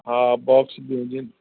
हा बॉक्स बि हुजे